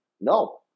No